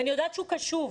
ואני יודעת שהוא קשוב,